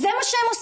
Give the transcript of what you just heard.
אז מה העניין?